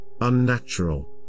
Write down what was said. unnatural